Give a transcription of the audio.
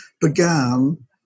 began